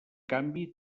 canvi